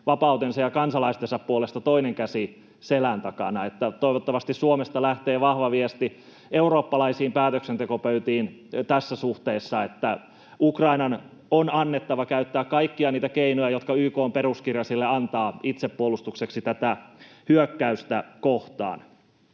vapautensa ja kansalaistensa puolesta toinen käsi selän takana. Toivottavasti Suomesta lähtee vahva viesti eurooppalaisiin päätöksentekopöytiin tässä suhteessa: että Ukrainan on annettava käyttää kaikkia niitä keinoja, jotka YK:n peruskirja sille antaa itsepuolustukseksi tätä hyökkäystä kohtaan.